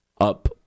up